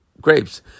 grapes